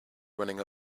running